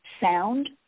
sound